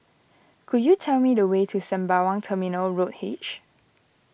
could you tell me the way to Sembawang Terminal Road H